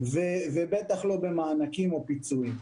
ובטח לא במענקים או פיצויים.